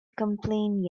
complain